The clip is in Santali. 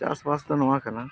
ᱪᱟᱥᱵᱟᱥ ᱫᱚ ᱱᱚᱣᱟ ᱠᱟᱱᱟ